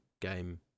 game